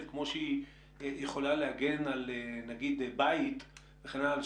כמו שהיא יכולה להגן על בית היא בעייתית.